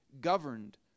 governed